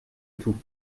tout